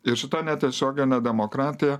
ir šita netiesioginė demokratija